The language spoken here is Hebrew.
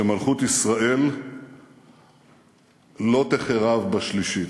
שמלכות ישראל לא תחרב בשלישית.